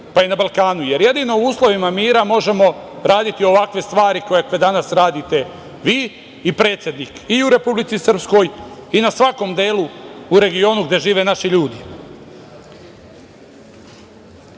pa i na Balkanu, jer jedino u uslovima mira možemo raditi ovakve stvari koje danas radite vi i predsednik i u Republici Srpskoj i na svakom delu u regionu gde žive naši ljudi. Koliko